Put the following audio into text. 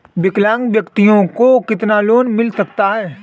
विकलांग व्यक्ति को कितना लोंन मिल सकता है?